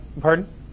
Pardon